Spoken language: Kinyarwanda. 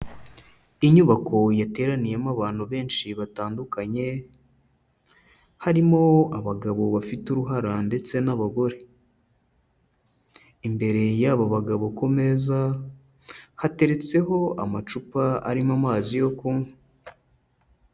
Inyubako yateraniyemo abantu benshi batandukanye, harimo abagabo bafite uruhara ndetse n'abagore, imbere y'abo bagabo ku meza hateretseho amacupa arimo amazi yo kunywa.